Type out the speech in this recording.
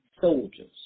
soldiers